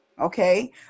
Okay